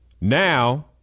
Now